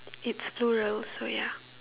it's plural so ya